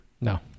No